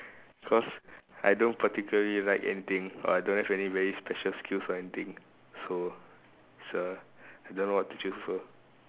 cause I don't particularly like anything or I don't have any very special skills or anything so so I don't know what to choose also